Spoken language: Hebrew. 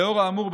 לאור האמור,